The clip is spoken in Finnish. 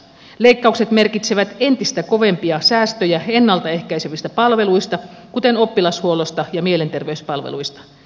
leikkaukset merkitsevät entistä kovempia säästöjä ennalta ehkäisevistä palveluista kuten oppilashuollosta ja mielenterveyspalveluista